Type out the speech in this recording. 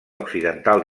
occidental